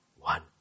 one